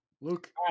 Luke